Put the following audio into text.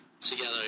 Together